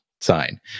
sign